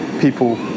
People